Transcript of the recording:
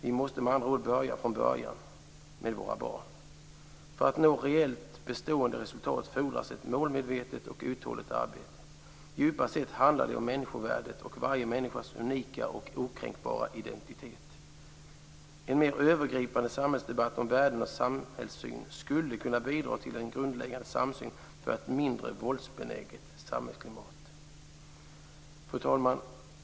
Vi måste med andra ord börja från början med våra barn. För att nå reellt bestående resultat fordras ett målmedvetet och uthålligt arbete. Djupt sett handlar det om människovärdet och varje människas unika och okränkbara identitet. En mer övergripande samhällsdebatt om värden och samhällssyn skulle kunna bidra till en grundläggande samsyn för ett mindre våldsbenäget samhällsklimat. Fru talman!